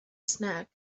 snack